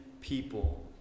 people